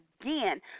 again